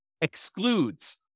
excludes